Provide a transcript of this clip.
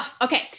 Okay